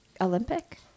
Olympic